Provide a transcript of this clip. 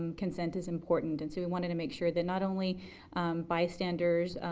um consent is important and so we wanted to make sure that not only bystanders,